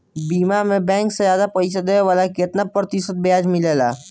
बीमा में बैंक से ज्यादा पइसा देवेला का कितना प्रतिशत ब्याज मिलेला?